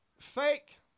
fake